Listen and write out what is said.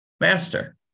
Master